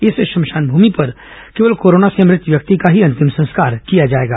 इस श्मशान भूमि पर केवल कोरोना से मृत व्यक्ति का ही अंतिम संस्कार किया जाएगा